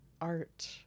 art